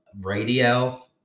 radio